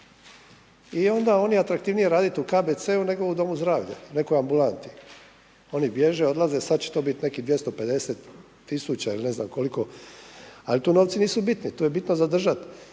i onda oni atraktivnije je raditi u KBC-u, nego u domu zdravlja u nekoj ambulanti. Oni bježe, odlaze. Sada će to biti nekih 250 tisuća ili ne znam koliko, ali tu novci nisu bitni. Tu je bitno zadržati